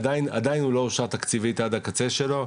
עדיין הוא לא אושר תקציבית עד הקצה שלו,